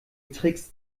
tricks